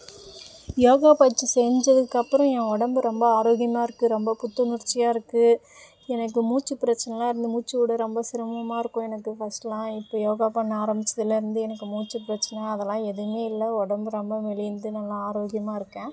யோகா பயிற்சி செஞ்சதுக்கு அப்பறம் என் உடம்பு ரொம்ப ஆரோக்கியமாக இருக்குது ரொம்ப புத்துணர்ச்சியாக இருக்குது எனக்கு மூச்சு பிரச்சனைலாம் இருந்து மூச்சு விட ரொம்ப சிரமமாக இருக்கும் எனக்கு ஃபஸ்ட்டுலாம் இப்போ யோகா பண்ண ஆரம்பித்ததுல இருந்து எனக்கு மூச்சு பிரச்சனை அதெல்லாம் எதுவுமே இல்லை உடம்பு ரொம்ப மெலிந்து நல்லா ஆரோக்கியமாக இருக்கேன்